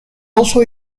also